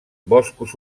boscos